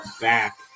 back